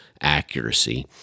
Accuracy